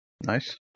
Nice